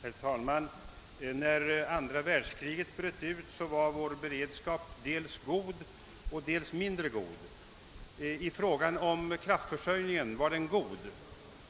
Herr talman! När andra världskriget bröt ut var vår beredskap dels god, dels mindre god. I fråga om kraftförsörjningen var den god.